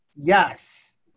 yes